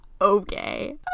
okay